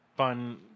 Fun